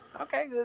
Okay